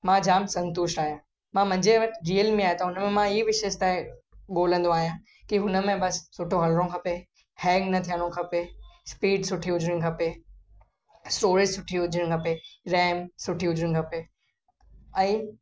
मां जाम संतुष्ट आहियां मां मुहिंजे वटि रियलमी आहे त उनमें मां ई विशेषताए बोलंदो आहियां की हुनमें बसि सुठो हलिणो खपे हैंग न थिअणो खपे स्पीड सुठी हुजणी खपे स्टोरेज सुठी हुजणी खपे रैम सुठी हुजणी खपे ऐं